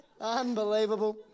unbelievable